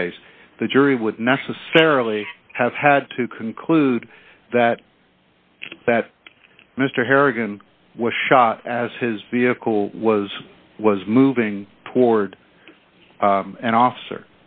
case the jury would necessarily have had to conclude that that mr harrigan was shot as his vehicle was was moving toward an officer